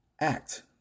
act